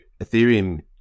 Ethereum